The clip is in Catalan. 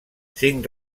cinc